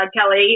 Kelly